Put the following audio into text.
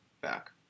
back